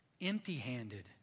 empty-handed